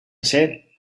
said